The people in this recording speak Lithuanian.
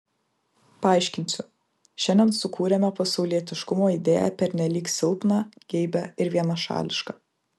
paaiškinsiu šiandien sukūrėme pasaulietiškumo idėją pernelyg silpną geibią ir vienašališką